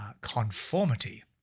conformity